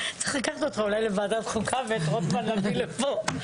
אולי צריך לקחת אותך לוועדת חוקה ואת רוטמן להביא לפה,